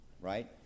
right